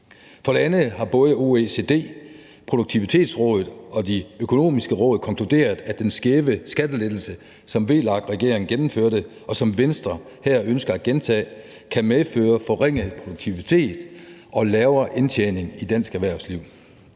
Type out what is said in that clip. For det andet har både OECD, Produktivitetsrådet og De Økonomiske Råd konkluderet, at den skæve skattelettelse, som VLAK-regeringen gennemførte, og som Venstre her ønsker at gentage, kan medføre forringet produktivitet og lavere indtjening i dansk erhvervsliv.